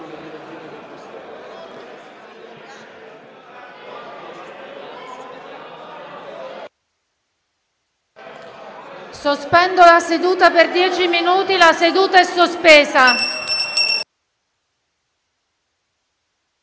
Sospendo la seduta per dieci minuti. *(La seduta, sospesa